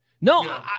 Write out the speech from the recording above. No